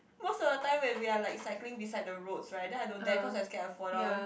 most of the time when we are like cycling beside the roads then I don't care cause I scared I fall down